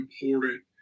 important